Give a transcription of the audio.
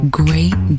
great